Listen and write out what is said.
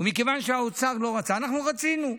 ומכיוון שהאוצר לא רצה, אנחנו רצינו,